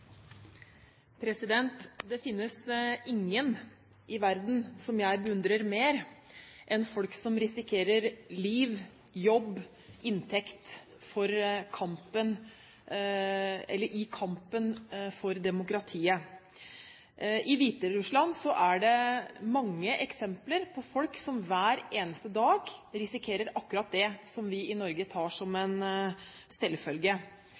Det finnes ingen i verden som jeg beundrer mer enn folk som risikerer liv, jobb og inntekt i kampen for demokratiet. I Hviterussland er det mange eksempler på folk som hver eneste dag risikerer akkurat det som vi i Norge tar som en selvfølge.